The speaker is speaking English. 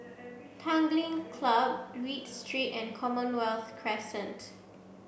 Tanglin Club Read Street and Commonwealth Crescent